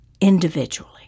individually